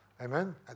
Amen